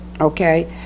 Okay